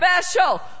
special